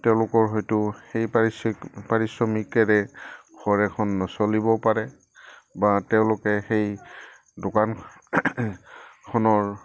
তেওঁলোকৰ হয়তো সেই পাৰিশ্ৰমিকেৰে ঘৰ এখন নচলিব পাৰে বা তেওঁলোকে সেই দোকান খনৰ